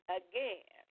again